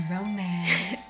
Romance